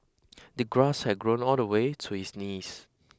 the grass had grown all the way to his knees